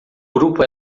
grupo